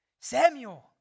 Samuel